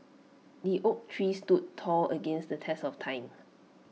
the oak tree stood tall against the test of time